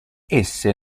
esse